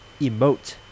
emote